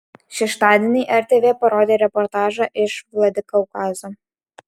šeštadienį rtv parodė reportažą iš vladikaukazo